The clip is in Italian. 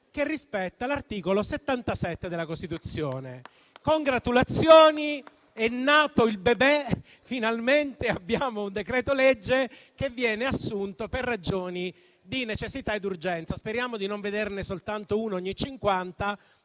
che rispetta l'articolo 77 della Costituzione. Congratulazioni, è nato il bebè: finalmente abbiamo un decreto-legge che viene adottato per ragioni di necessità ed urgenza. Speriamo di non vederne soltanto uno ogni